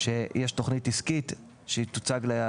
הצגה של תכנית עסקית למאסדר,